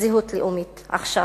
זהות לאומית.